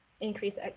increase